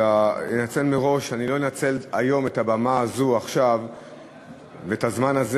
אלא אתנצל מראש על כך שאני לא אנצל היום את הבמה הזו ואת הזמן הזה